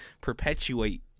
perpetuate